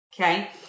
Okay